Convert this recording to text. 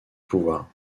pouvoir